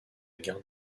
gare